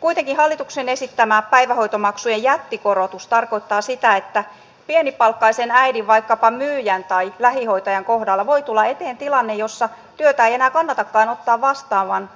kuitenkin hallituksen esittämä päivähoitomaksujen jättikorotus tarkoittaa sitä että pienipalkkaisen äidin vaikkapa myyjän tai lähihoitajan kohdalla voi tulla eteen tilanne jossa työtä ei enää kannatakaan ottaa vastaan